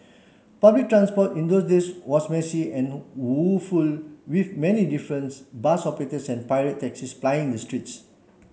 public transport in those days was messy and woeful with many difference bus operators and pirate taxis plying the streets